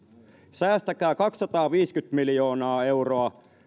säästäkää kaksisataaviisikymmentä miljoonaa euroa